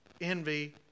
envy